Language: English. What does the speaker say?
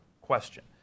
question